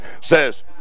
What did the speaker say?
says